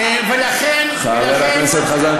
חבר הכנסת חזן,